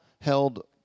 held